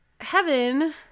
heaven